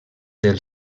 del